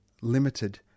limited